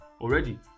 already